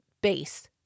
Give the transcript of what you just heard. base